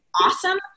awesome